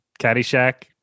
Caddyshack